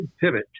pivot